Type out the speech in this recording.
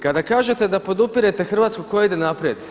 Kada kažete da podupirete Hrvatsku koja ide naprijed.